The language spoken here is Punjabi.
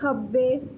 ਖੱਬੇ